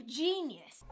genius